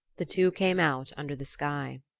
the two came out under the sky.